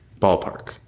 Ballpark